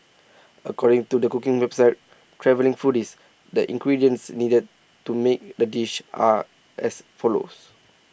according to the cooking website travelling foodies the ingredients needed to make the dish are as follows